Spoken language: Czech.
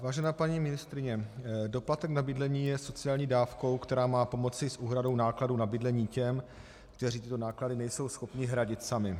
Vážená paní ministryně, doplatek na bydlení je sociální dávkou, která má pomoci s úhradou nákladů na bydlení těm, kteří tyto náklady nejsou schopni hradit sami.